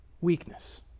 weakness